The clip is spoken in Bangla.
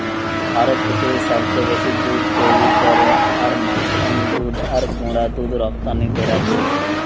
ভারত পৃথিবীর সবচেয়ে বেশি দুধ তৈরী করা আর মাখন দুধ আর গুঁড়া দুধ রপ্তানি করা দেশ